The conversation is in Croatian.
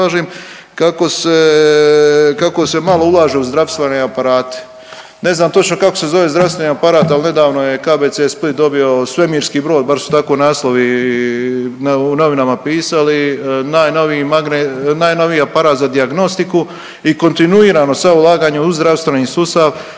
kako se malo ulaže u zdravstvene aparate. Ne znam kako se točno zove zdravstveni aparat, al nedavno je KBC Split dobio svemirski brod, bar su tako naslovi u novinama pisali, najnoviji magne…, najnoviji aparat za dijagnostiku i kontinuirano sa ulaganjem u zdravstveni sustav